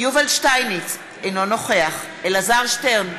יובל שטייניץ, אינו נוכח אלעזר שטרן,